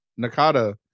nakata